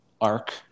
arc